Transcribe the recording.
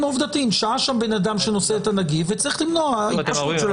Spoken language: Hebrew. שהה שם בן אדם שנושא את הנגיף וצריך למנוע התפשטות של התחלואה.